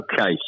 Okay